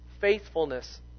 faithfulness